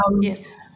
yes